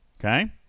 okay